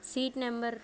seat number